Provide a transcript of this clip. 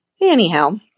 Anyhow